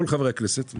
כל חברי הכנסת,